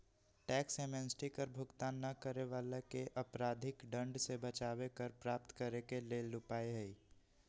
tax amnesty कर भुगतान न करे वलाके अपराधिक दंड से बचाबे कर प्राप्त करेके लेल उपाय हइ